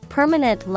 Permanent